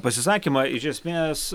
pasisakymą iš esmės